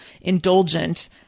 indulgent